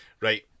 Right